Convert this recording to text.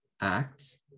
acts